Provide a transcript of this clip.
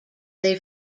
they